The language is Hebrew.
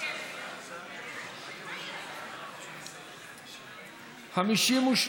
לתיקון פקודת העיריות (שידור ישיבות מועצה) התשע"ו 2016,